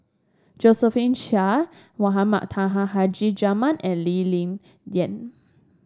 Njosephine Chia Mohamed Taha Haji Jamil and Lee Ling Yen